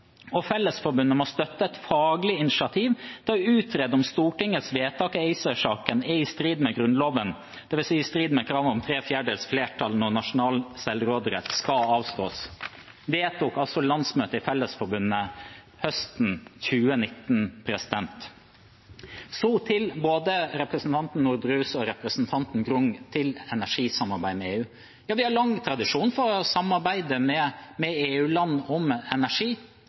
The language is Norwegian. og Fellesforbundet må støtte et faglig initiativ til å utrede om Stortingets vedtak i ACER saken er i strid med grunnloven, det vil si i strid med kravet om 3/4 dels flertall når nasjonal selvråderett skal avstås.» Dette vedtok altså landsmøtet i Fellesforbundet høsten 2019. Så til både representanten Norderhus og representanten Grung, om energisamarbeid med EU: Ja, vi har lang tradisjon for å samarbeide med EU-land om energi,